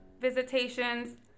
visitations